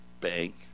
bank